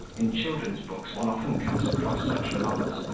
in children's books one often comes across such mothers,